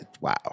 wow